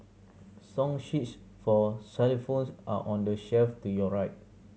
song sheets for xylophones are on the shelf to your right